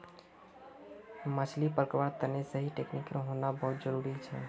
मछली पकड़वार तने सही टेक्नीक होना बहुत जरूरी छ